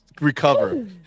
recover